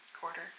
quarter